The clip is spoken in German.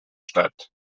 statt